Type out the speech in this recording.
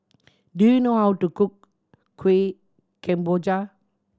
do you know how to cook Kueh Kemboja